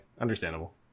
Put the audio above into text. Understandable